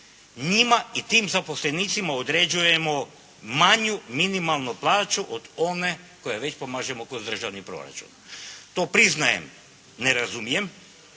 njima i tim zaposlenicima određujemo manju minimalnu plaću od one koja već pomažemo kroz državni proračun. To priznajem, ne razumijem,